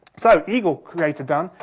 so, eagle crater done,